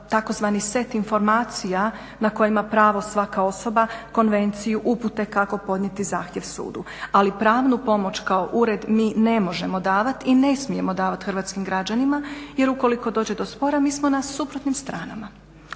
tzv. set informacija na koje ima pravo svaka osoba, konvenciju, upute kako podnijeti zahtjev sudu, ali pravnu pomoć kao ured mi ne možemo davati i ne smijemo davati hrvatskim građanima jer ukoliko dođe do spora, mi smo na suprotnim stranama.